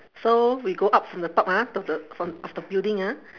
so we go up from the top ah top the from of the building ah